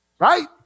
right